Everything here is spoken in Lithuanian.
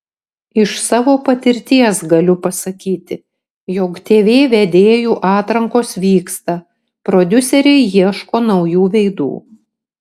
iš savo patirties galiu pasakyti jog tv vedėjų atrankos vyksta prodiuseriai ieško naujų veidų